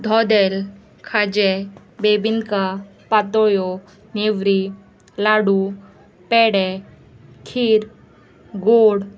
धोदेल खाजें बेबिनका पातोळ्यो नेवरी लाडू पेडे खीर गोड